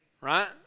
right